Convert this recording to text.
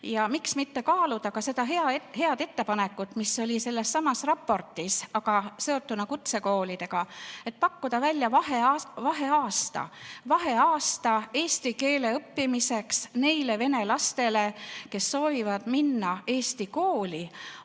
Miks mitte kaaluda ka seda head ettepanekut, mis oli sellessamas raportis, aga seotuna kutsekoolidega, et pakkuda välja vaheaasta eesti keele õppimiseks neile vene lastele, kes soovivad minna eesti kooli.